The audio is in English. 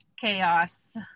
Chaos